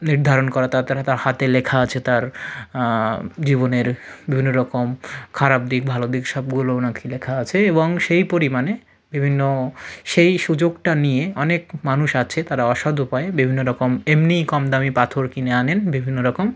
নির্ধারণ করা তা তারা তার হাতে লেখা আছে তার জীবনের বিভিন্ন রকম খারাপ দিক ভালো দিক সবগুলো নাকি লেখা আছে এবং সেই পরিমাণে বিভিন্ন সেই সুযোগটা নিয়ে অনেক মানুষ আছে তারা অসাধু উপায়ে বিভিন্ন রকম এমনি কম দামি পাথর কিনে আনেন বিভিন্ন রকম